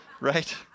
Right